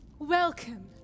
Welcome